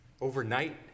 overnight